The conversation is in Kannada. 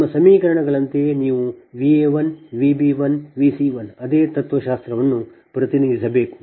ನಿಮ್ಮ ಸಮೀಕರಣಗಳಂತೆಯೇ ನೀವು V a1 V b1 V c1 ಅದೇ ತತ್ವಶಾಸ್ತ್ರವನ್ನು ಪ್ರತಿನಿಧಿಸಬೇಕು